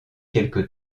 quelque